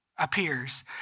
appears